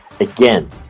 Again